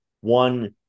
one